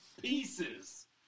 pieces